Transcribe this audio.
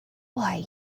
why